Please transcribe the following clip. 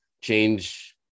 change